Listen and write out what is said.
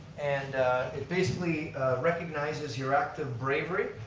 and it basically recognizes your act of bravery.